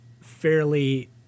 fairly